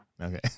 Okay